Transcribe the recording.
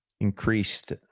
increased